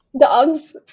Dogs